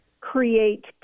create